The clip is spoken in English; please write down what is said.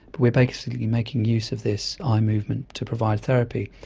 we are basically making use of this eye movement to provide therapy.